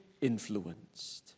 influenced